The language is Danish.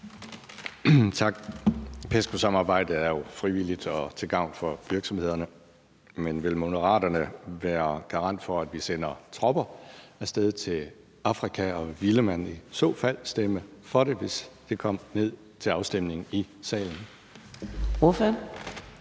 Tak. PESCO-samarbejdet er jo frivilligt og til gavn for virksomhederne, men vil Moderaterne være garant for, at vi sender tropper af sted til Afrika, og ville man i så fald stemme for det, hvis det kom til afstemning i salen?